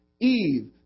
eve